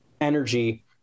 energy